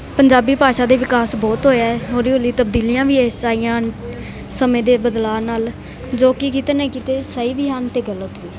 ਪੰਜਾਬੀ ਭਾਸ਼ਾ ਦੇ ਵਿਕਾਸ ਬਹੁਤ ਹੋਇਆ ਹੈ ਹੌਲੀ ਹੌਲੀ ਤਬਦੀਲੀਆਂ ਵੀ ਇਸ 'ਚ ਆਈਆਂ ਹਨ ਸਮੇਂ ਦੇ ਬਦਲਾਅ ਨਾਲ ਜੋ ਕਿ ਕਿਤੇ ਨੇ ਕੀਤੇ ਸਹੀ ਵੀ ਹਨ ਅਤੇ ਗਲਤ ਵੀ